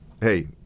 hey